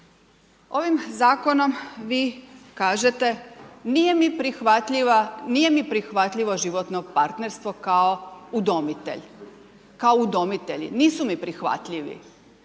mi prihvatljiva, nije mi prihvatljivo životno partnerstvo kao udomitelj, kao udomitelji nisu mi prihvatljivi.